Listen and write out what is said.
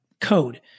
code